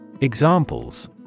Examples